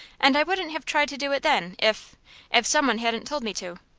and i wouldn't have tried to do it then, if if some one hadn't told me to.